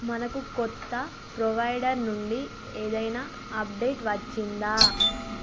మనకు కొత్త ప్రొవైడర్ నుండి ఏదైనా అప్డేట్ వచ్చిందా